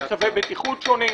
במצבי בטיחות שונים.